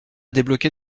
débloquer